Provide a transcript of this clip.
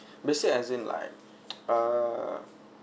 beside as in like err